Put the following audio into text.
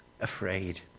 afraid